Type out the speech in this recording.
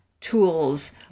Tools